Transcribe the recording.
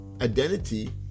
identity